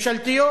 ממשלתיות.